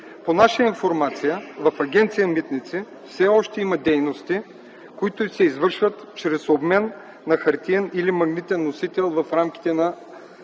По наша информация, в Агенция „Митници” все още има дейности, които се извършват чрез обмен на хартиен или магнитен носител в рамките на